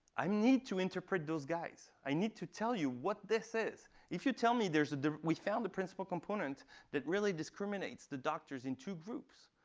i need to interpret those guys. i need to tell you what this is. if you tell me, ah we found the principal component that really discriminates the doctors in two groups,